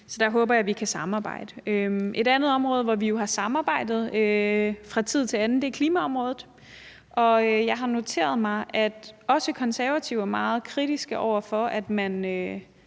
Så der håber jeg vi kan samarbejde. Et andet område, hvor vi jo har samarbejdet fra tid til anden, er klimaområdet, og jeg har noteret mig, at også Konservative er meget kritiske over for, at man